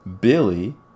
Billy